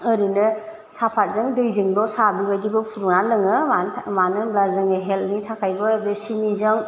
ओरैनो साफादजों दैजोंल' साहा बेबायदिबो फुदुंनानै लोङो मानो था मानो होनोबा जोङो हेल्टनि थाखायबो बे सिनिजों